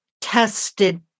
tested